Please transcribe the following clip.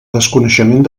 desconeixement